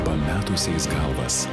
pametusiais galvas